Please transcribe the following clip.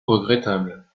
regrettable